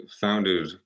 founded